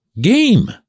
game